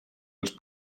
als